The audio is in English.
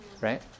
right